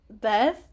Beth